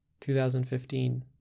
2015